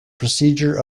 procedure